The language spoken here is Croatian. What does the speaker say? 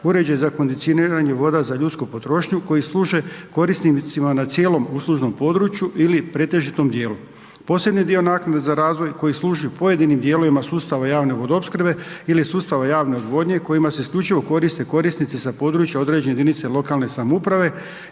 uređaj za kondicioniranje voda za ljudsku potrošnju koji služe korisnicima na cijelom uslužnom području ili pretežitom dijelu. Posebni dio naknade za razvoj koji služi pojedinim dijelovima sustava javne vodoopskrbe ili sustava javne odvodnje kojima se isključivo koriste korisnici sa područja određene jedinice lokalne samouprave